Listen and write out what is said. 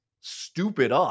Stupid